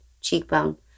cheekbone